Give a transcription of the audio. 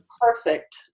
Perfect